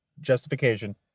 justification